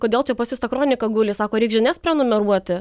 kodėl čia pas jus ta kronika guli sako reik žinias prenumeruoti